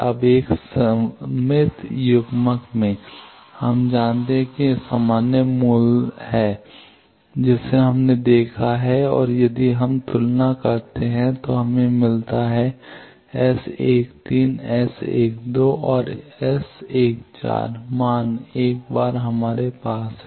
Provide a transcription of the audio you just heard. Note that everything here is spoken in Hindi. अब एक सममित युग्मक में हम जानते हैं कि यह सामान्य मूल्य है जिसे हमने देखा है और यदि हम तुलना करते हैं तो हमें यह मिलता है कि S 1 3 S 12 और S14 मान एक बार हमारे पास हैं